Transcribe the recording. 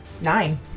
Nine